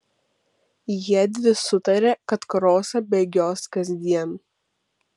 jiedvi sutarė kad krosą bėgios kasdien